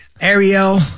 Ariel